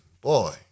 boy